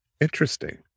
Interesting